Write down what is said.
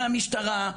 מהמשטרה,